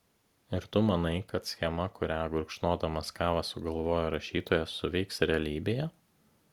ir tu manai kad schema kurią gurkšnodamas kavą sugalvojo rašytojas suveiks realybėje